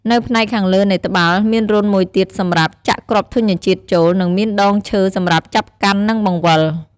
នៅផ្នែកខាងលើនៃត្បាល់ មានរន្ធមួយទៀតសម្រាប់ចាក់គ្រាប់ធញ្ញជាតិចូល និងមានដងឈើសម្រាប់ចាប់កាន់ និងបង្វិល។